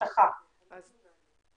כבוד השר,